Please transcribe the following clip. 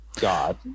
God